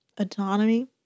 Autonomy